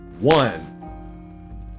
one